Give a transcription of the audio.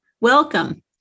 Welcome